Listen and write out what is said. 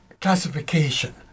classification